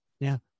Now